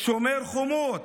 שומר חומות,